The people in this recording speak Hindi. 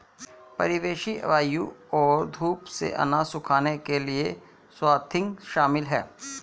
परिवेशी वायु और धूप से अनाज सुखाने के लिए स्वाथिंग शामिल है